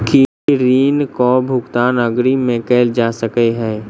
की ऋण कऽ भुगतान अग्रिम मे कैल जा सकै हय?